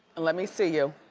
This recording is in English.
let me see you.